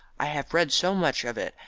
i have read so much of it,